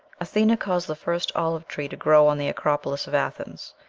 athena caused the first olive-tree to grow on the acropolis of athens,